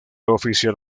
oficial